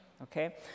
Okay